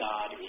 God